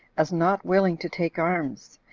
as not willing to take arms,